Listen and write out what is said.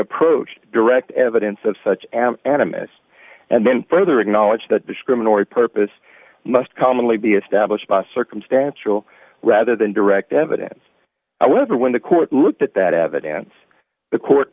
approached direct evidence of such an animus and then further acknowledged that discriminatory purpose must commonly be established by circumstantial rather than direct evidence however when the court looked at that evidence the court